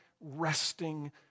resting